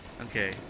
Okay